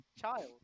child